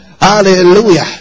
Hallelujah